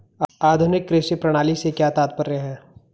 आधुनिक कृषि प्रणाली से क्या तात्पर्य है?